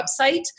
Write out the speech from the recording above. website